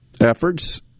efforts